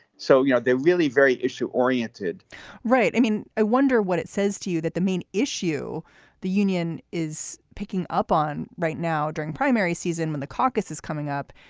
so, you know, they're really very issue oriented right. i mean, i wonder what it says to you that the main issue the union is picking up on right now during primary season when the caucus is coming up,